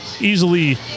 easily